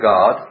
God